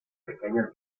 pequeñas